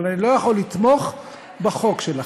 אבל אני לא יכול לתמוך בחוק שלכם.